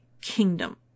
kingdom